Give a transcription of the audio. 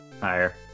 Higher